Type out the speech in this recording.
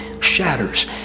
shatters